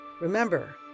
Remember